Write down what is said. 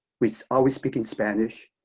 we always speak in spanish.